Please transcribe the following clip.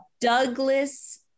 douglas